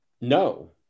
No